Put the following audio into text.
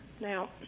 now